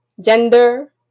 Gender